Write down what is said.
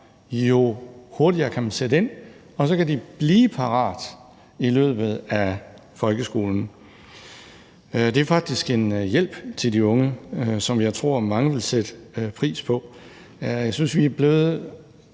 jo hurtigere kan man sætte ind, og så kan de blive parate i løbet af folkeskolen. Det er faktisk en hjælp til de unge, som jeg tror mange vil sætte pris på. Jeg synes, vi er blevet